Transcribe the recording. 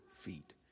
feet